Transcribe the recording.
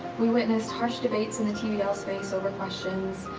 we witnessed harsh debates in the tbl space over questions.